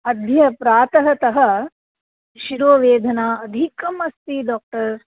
अद्य प्रातः तः शिरोवेदना अधिकम् अस्ति डोक्टर्